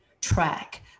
track